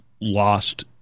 lost